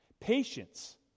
Patience